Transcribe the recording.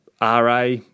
RA